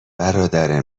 برادر